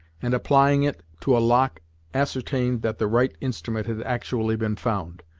and applying it to a lock ascertained that the right instrument had actually been found.